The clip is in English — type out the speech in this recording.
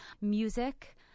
Music